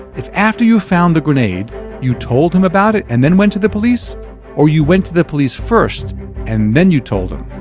if after you found the grenade you told him about it and then went to the police or you went to the police first and then you told him.